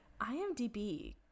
IMDb